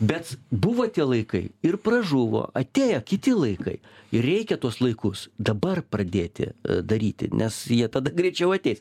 bet buvo tie laikai ir pražuvo atėjo kiti laikai ir reikia tuos laikus dabar pradėti daryti nes jie tada greičiau ateis